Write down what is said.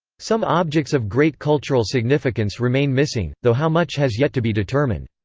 some objects of great cultural significance remain missing, though how much has yet to be determined.